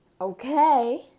Okay